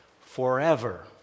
forever